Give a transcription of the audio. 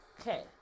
Okay